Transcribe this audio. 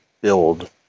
build